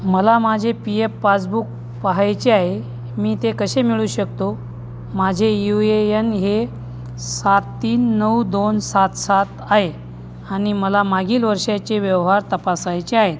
मला माझे P F passbook पहायचे आहे मी ते कसे मिळवू शकतो माझे यू ए यन हे सात तीन नऊ दोन सात सात आहे आणि मला मागील वर्षाचे व्यवहार तपासायचे आहे